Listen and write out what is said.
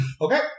Okay